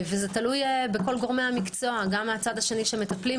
תלוי בכל גורמי המקצוע גם בצד השני שמטפלים.